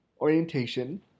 orientation